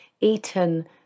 eaten